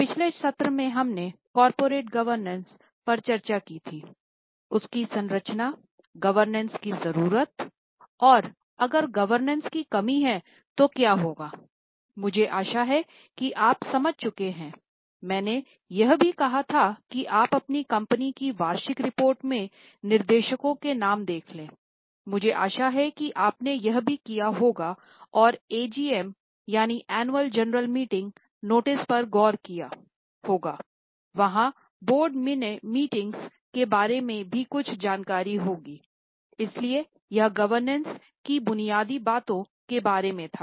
पिछले सत्र में हमने कॉर्पोरेट गवर्नेंस की बुनियादी बातों के बारे में था